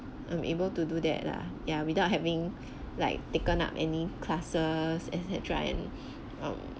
I'm able to do that lah ya without having like taken up any classes et cetera and um